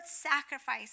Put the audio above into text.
sacrifice